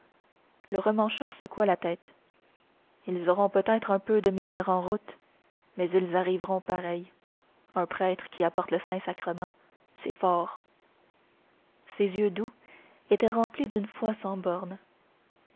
le remmancheur secoua la tête ils auront peut-être un peu de misère en route mais ils arriveront pareil un prêtre qui apporte le saint-sacrement c'est fort ses yeux doux étaient remplis d'une foi sans borne